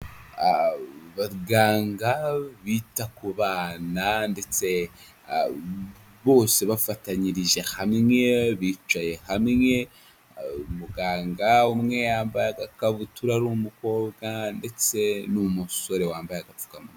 Abaganga bita ku bana ndetse bose bafatanyirije hamwe bicaye hamwe. Umuganga umwe yambaye agakabutura ari umukobwa ndetse n'umusore wambaye agapfukamawa.